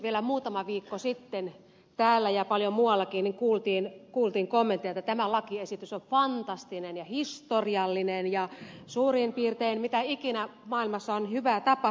vielä muutama viikko sitten täällä ja paljon muuallakin kuultiin kommentteja että tämä lakiesitys on fantastinen ja historiallinen ja suurin piirtein mitä ikinä maailmassa on hyvää tapahtunutkaan